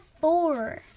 four